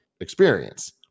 experience